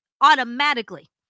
automatically